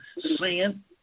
sin